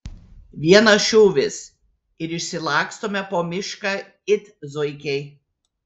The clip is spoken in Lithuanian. vienas šūvis ir išsilakstome po mišką it zuikiai